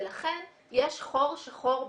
לכן יש חור שחור,